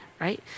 right